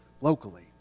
locally